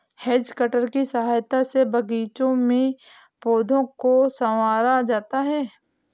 has cutter की सहायता से बागीचों में पौधों को सँवारा जाता है